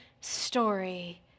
story